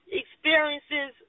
experiences